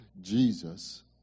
Jesus